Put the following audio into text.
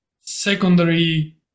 secondary